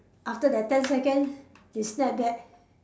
after that ten second you snap back